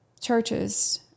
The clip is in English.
churches